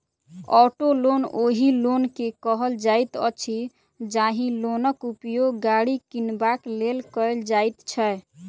auto loan ओहि loan के कहल जाइत अछि, जाहि लोनक उपयोग गाड़ी किनबाक लेल कयल जाइत छै